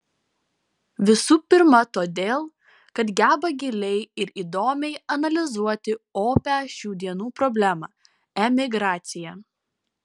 visų pirma todėl kad geba giliai ir įdomiai analizuoti opią šių dienų problemą emigraciją